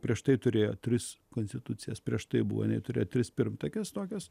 prieš tai turėjo tris konstitucijas prieš tai buvo neturi tris pirmtakes tokias